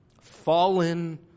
fallen